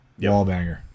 Wallbanger